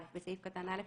(א)בסעיף קטן (א),